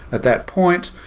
at that point,